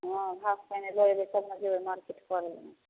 हँ घास पहिने लऽ अएबै तब ने जेबै मार्केट करैलए